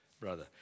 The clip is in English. brother